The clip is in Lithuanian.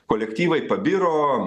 kolektyvai pabiro